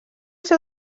seu